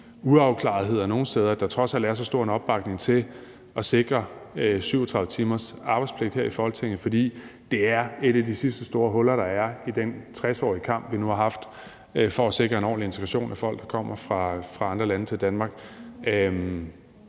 uafklarethed nogle steder trods alt er så stor en opbakning til her i Folketinget at sikre 37 timers arbejdspligt, for det er et af de sidste store huller, der er, i den 60-årige kamp, vi nu har haft, for at sikre en ordentlig integration af folk, der kommer fra andre lande til Danmark.